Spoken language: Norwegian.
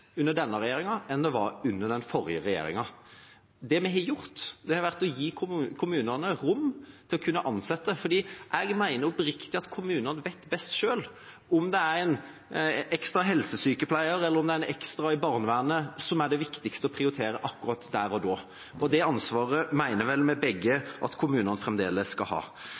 under denne regjeringa enn det var under den forrige regjeringa. Det vi har gjort, har vært å gi kommunene rom til å kunne ansette. Jeg mener oppriktig at kommunene selv vet best om det er en ekstra helsesykepleier eller en ekstra ansatt i barnevernet som er viktigst å prioritere akkurat der og da. Det ansvaret mener vi vel begge at kommunene fremdeles skal ha.